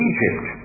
Egypt